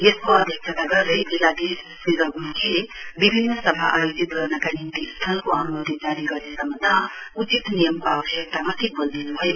यसको अध्यक्षता गर्दै जिल्लाधीश श्री रस्ल के ले विभिन्न सभा आयोजत गर्नका निम्ति स्थलको अन्मति जारी गर्ने सम्वन्धमा उचित नियमको आवश्यकतामाथि वल दिन्भयो